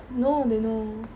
no they know